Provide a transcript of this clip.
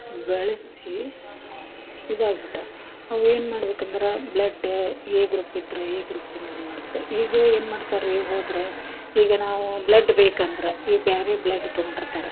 ಬೆಳೆಸಿ ಇದ್ದಾಗ ಬುಟ್ಟಾವು ಅವು ಏನು ಮಾಡ್ಬೇಕಂದ್ರೆ ಬ್ಲಡ್ ಎ ಗ್ರೂಪ್ ಇದ್ದರೆ ಎ ಗ್ರೂಪಿಂದ ಇದನ್ನ ಮಾಡಬೇಕು ಈಗ ಏನು ಮಾಡ್ತಾರೆ ರೀ ಹೋದರೆ ಈಗ ನಾವು ಬ್ಲಡ್ ಬೇಕಂದ್ರೆ ಈ ಬ್ಯಾರೆ ಬ್ಲಡ್ ತಗೊಂಡು ಇರ್ತಾರೆ